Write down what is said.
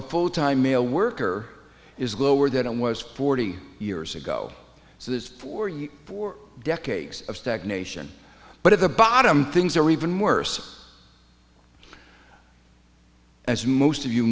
a full time male worker is lower than it was forty years ago so this for you four decades of stagnation but at the bottom things are even worse as most of you